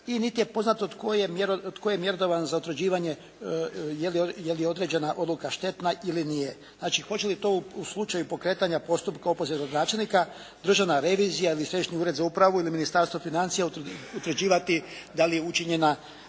i niti je poznato tko je mjerodavan za utvrđivanje, je li određena odluka štetna ili nije. Znači, hoće li to u slučaju pokretanja postupka za opoziv gradonačelnika Državna revizija ili Središnji ured za upravu ili Ministarstvo financija utvrđivati da li je učinjena znatna